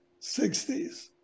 60s